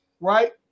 right